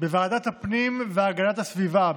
בוועדת הפנים והגנת הסביבה,